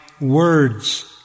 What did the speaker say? words